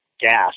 gas